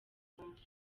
rwanda